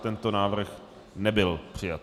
Tento návrh nebyl přijat.